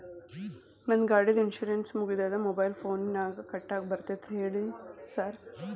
ನಂದ್ ಗಾಡಿದು ಇನ್ಶೂರೆನ್ಸ್ ಮುಗಿದದ ಮೊಬೈಲ್ ಫೋನಿನಾಗ್ ಕಟ್ಟಾಕ್ ಬರ್ತದ ಹೇಳ್ರಿ ಸಾರ್?